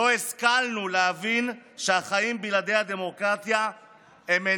אני מבקש להספיד בפניכם את אותה דמוקרטיה יקרה